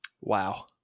Wow